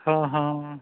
ਹਾਂ ਹਾਂ